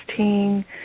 16